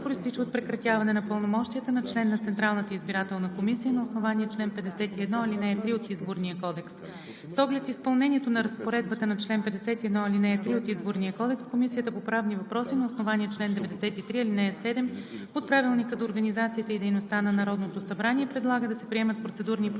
за избор на председател на Централната избирателна комисия. Необходимостта от провеждането на публичната процедура произтича от прекратяване на пълномощията на член на Централната избирателна комисия на основание чл. 51, ал. 3 от Изборния кодекс. С оглед изпълнението на разпоредбата на чл. 51, ал. 3 от Изборния кодекс Комисията по правни въпроси на основание чл. 93,